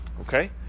okay